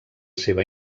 seva